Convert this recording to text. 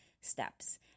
steps